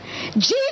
Jesus